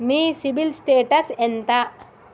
మీ CIBIL status ఎంత?